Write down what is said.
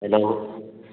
hello